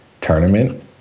tournament